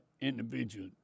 individual